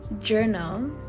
journal